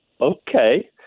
Okay